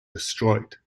destroyed